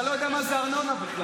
אתה לא יודע מה זה ארנונה בכלל.